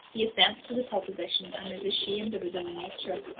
he assents to the proposition and is ashamed of his own nature.